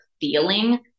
feeling